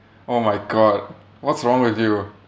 oh my god what's wrong with you